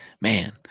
Man